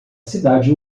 cidade